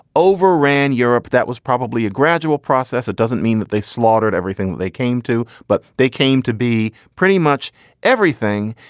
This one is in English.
overran europe. that was probably a gradual process. it doesn't mean that they slaughtered everything that they came to. but they came to be pretty much everything.